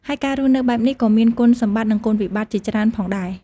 ហើយការរស់នៅបែបនេះក៏មានគុណសម្បតិ្តនឹងគុណវិបត្តិជាច្រើនផងដែរ ។